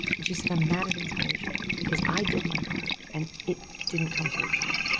and she said, i'm mad at inspiration because i did my part and it didn't come through for me.